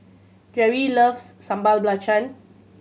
Jere loves Sambal Belacan